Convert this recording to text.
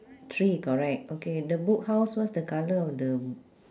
three correct okay the book house what's the colour of the